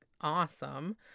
awesome